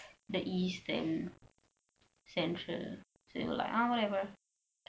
the east and central so like ah whatever